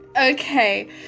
Okay